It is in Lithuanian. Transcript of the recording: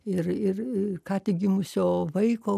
ir ir ką tik gimusio vaiko